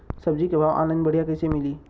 सब्जी के भाव ऑनलाइन बढ़ियां कइसे मिली?